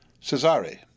Cesare